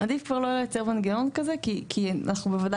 עדיף כבר לא לייצר מנגנון כזה כי אנחנו בוודאי